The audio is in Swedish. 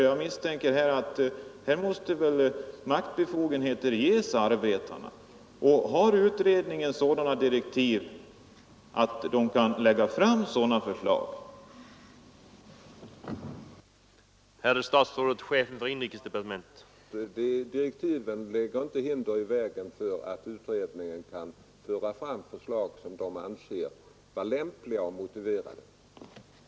Jag misstänker att maktbefogenheter måste ges arbetarna, och har utredningen sådana direktiv att den kan lägga fram förslag därom?